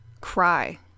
cry